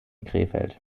krefeld